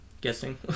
guessing